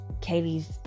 Katie's